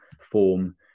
form